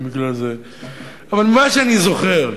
ממה שאני זוכר,